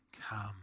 come